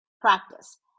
practice